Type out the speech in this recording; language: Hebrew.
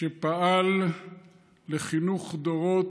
שפעל לחינוך דורות,